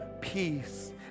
peace